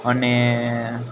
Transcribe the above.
અને